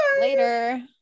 later